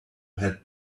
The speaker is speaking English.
had